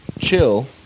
Chill